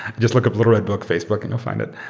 just look up little red book facebook and you'll find it.